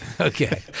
Okay